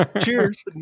cheers